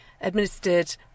administered